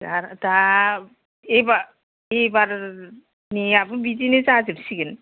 आरो दा एबारनियाबो बिदिनो जाजोबसिगोन